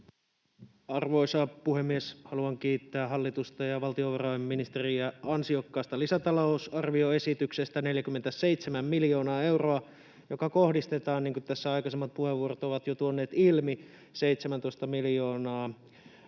Arvoisa puhemies! Haluan kiittää hallitusta ja valtiovarainministeriä ansiokkaasta lisätalousarvioesityksestä: 47 miljoonaa euroa, ja se kohdistetaan, niin kuin tässä aikaisemmat puheenvuorot ovat jo tuoneet ilmi, niin,